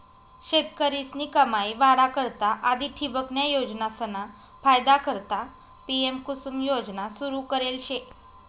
शेतकरीस्नी कमाई वाढा करता आधी ठिबकन्या योजनासना फायदा करता पी.एम.कुसुम योजना सुरू करेल शे